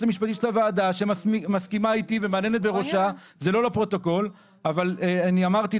המשפטית של הוועדה שמסכימה אתי ומהנהנת בראשה אין סמכות